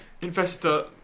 Investor